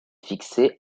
fixé